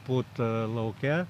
pūt lauke